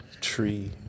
tree